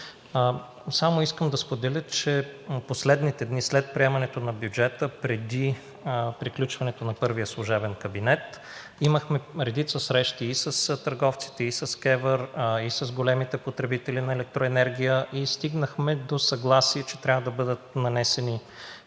Само искам да споделя, че последните дни след приемането на бюджета – преди приключването на първия служебен кабинет, имахме редица срещи с търговците, с КЕВР, с големите потребители на електроенергия и стигнахме до съгласие, че трябва да бъдат нанесени